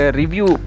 review